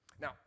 Now